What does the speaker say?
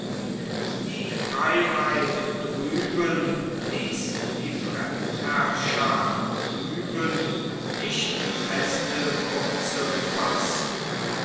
die freiheit drüben ließ die fremdherrschaft hüben nicht feste wurzel fassen